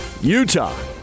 Utah